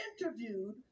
interviewed